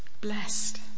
blessed